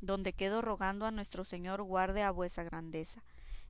donde quedo rogando a nuestro señor guarde a vuestra grandeza